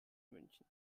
münchen